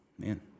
man